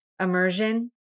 immersion